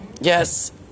yes